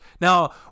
Now